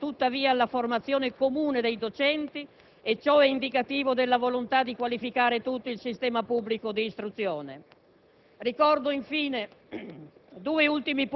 Un ordine del giorno approvato in Commissione invita tuttavia alla formazione comune dei docenti e ciò è indicativo della volontà di qualificare tutto il sistema pubblico di istruzione.